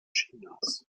chinas